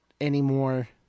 anymore